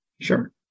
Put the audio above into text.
Sure